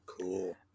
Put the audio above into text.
cool